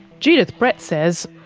judith brett says,